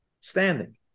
standing